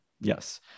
Yes